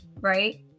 right